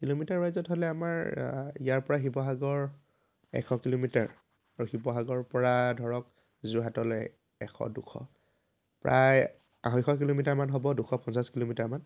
kilometre ৱাইজত হ'লে আমাৰ ইয়াৰপৰা শিৱসাগৰ এশ কিলোমিটাৰ আৰু শিৱসাগৰৰ পৰা ধৰক যোৰহাটলৈ এশ দুশ প্ৰায় আঢ়ৈশ কিলোমিটাৰ মান হ'ব দুশ পঞ্চাছ কিলোমিটাৰ মান